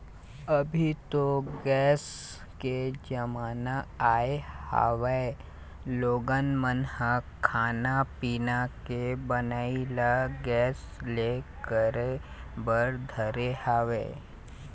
अभी तो गेस के जमाना आय हवय लोगन मन ह खाना पीना के बनई ल गेस ले करे बर धरे हवय